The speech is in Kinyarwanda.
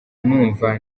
numva